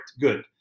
good